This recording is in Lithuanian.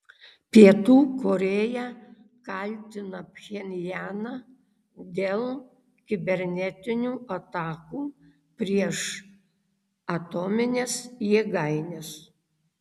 pietų korėja kaltina pchenjaną dėl kibernetinių atakų prieš atomines jėgaines